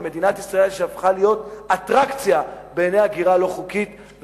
ומדינת ישראל הפכה להיות אטרקציה להגירה לא חוקית,